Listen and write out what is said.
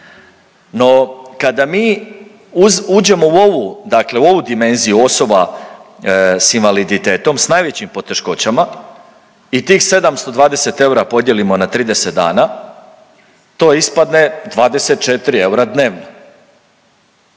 No kada mi uđemo u ovu dimenziju osoba s invaliditetom s najvećim poteškoćama i tih 720 eura podijelimo na 30 dana to ispadne 24 eura dnevno,